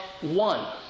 one